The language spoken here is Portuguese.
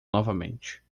novamente